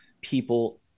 people